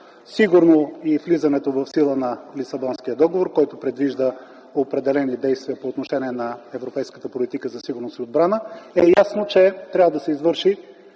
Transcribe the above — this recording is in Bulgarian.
сигурно и влизането в сила на Лисабонския договор, който предвижда определени действия по отношение на европейската политика за сигурност и отбрана, е ясно, че трябва да се извърши